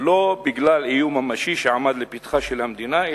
ולא בגלל איום ממשי שעמד לפתחה של המדינה,